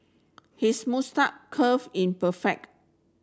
his curve in perfect